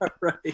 right